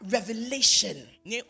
Revelation